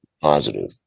positive